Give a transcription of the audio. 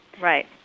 Right